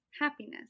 happiness